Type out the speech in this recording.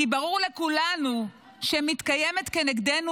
כי ברור לכולנו שמתקיימת כנגדנו